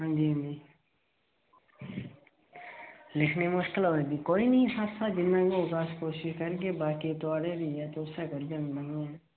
हां जी हां जी लिखने गी मुश्कल आवै दी कोई नी साढ़े शा जिन्ना बी होग अस कोशिश करगे बाकी थुआढ़े घर आइयै तुस करगे